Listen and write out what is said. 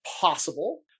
possible